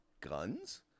guns